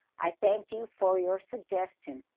i thank you for your suggestion.